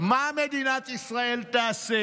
מה מדינת ישראל תעשה?